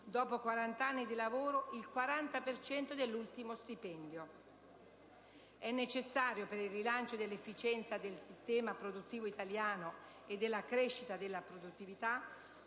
dopo 40 anni di lavoro, il 40 per cento dell'ultimo stipendio. Appare dunque necessario per il rilancio dell'efficienza del sistema produttivo italiano e della crescita della produttività